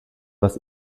was